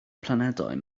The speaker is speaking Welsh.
planedau